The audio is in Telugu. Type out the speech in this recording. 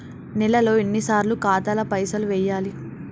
నెలలో ఎన్నిసార్లు ఖాతాల పైసలు వెయ్యాలి?